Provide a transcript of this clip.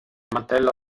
mantello